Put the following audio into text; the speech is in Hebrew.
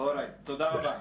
תודה רבה.